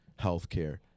healthcare